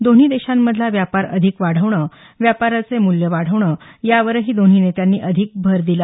दोन्ही देशांमधला व्यापार अधिक वाढवणे व्यापाराचे मूल्य वाढवणे यावरही दोन्ही नेत्यांनी अधिक भर दिला